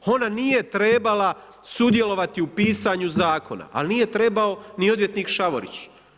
Ona nije trebala sudjelovati u pisanju zakona ali nije trebao ni odvjetnik Šavorić.